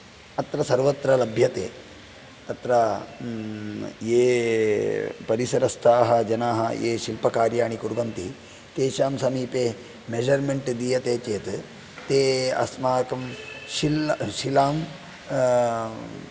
अत्र सर्वत्र लभ्यते तत्र ये परिसरस्थाः जनाः ये शिल्पकार्याणि कुर्वन्ति तेषां समीपे मेजर्मेंट् दीयते चेत् ते अस्माकं शिल् शिलां